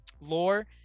lore